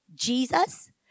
jesus